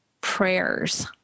prayers